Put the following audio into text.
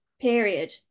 period